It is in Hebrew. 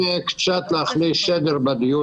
אני מבקש, ברשותכם, להכניס קצת סדר בדיון.